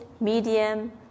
Medium